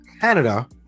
Canada